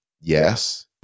yes